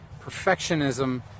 perfectionism